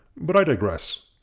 but i digress.